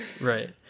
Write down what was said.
Right